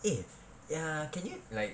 eh ya can you like